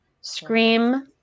Scream